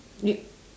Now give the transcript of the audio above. you